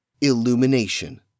Illumination